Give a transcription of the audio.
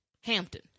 Hampton